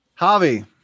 Javi